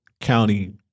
County